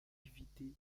évité